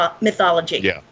mythology